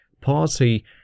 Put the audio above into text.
party